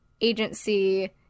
agency-